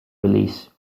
release